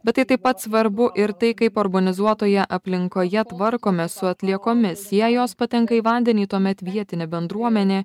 bet tai taip pat svarbu ir tai kaip urbanizuotoje aplinkoje tvarkomės su atliekomis jei jos patenka į vandenį tuomet vietinė bendruomenė